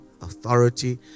authority